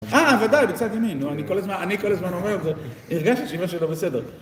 אה, ודאי, בצד ימין. נו אני כל אני כל הזמן אומר, הרגשתי שאימא שלו בסדר.